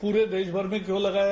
पूरे देश में क्यों लगाया